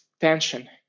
tension